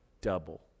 double